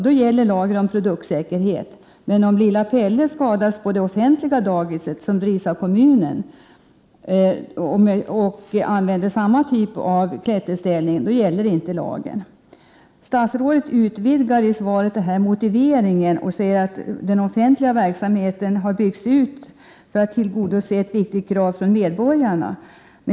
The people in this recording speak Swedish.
Om lilla Pelle skadas på det kommunalt drivna daghemmet när han använder samma typ av klätterställning, då gäller inte lagen. I svaret utvidgar statsrådet motiveringen. Hon sade att den offentliga verksamheten har byggts ut för att tillgodose ett viktigt krav från medborgarna.